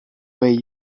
way